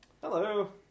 Hello